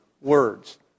words